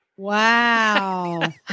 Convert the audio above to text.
Wow